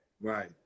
Right